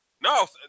No